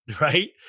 right